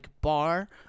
bar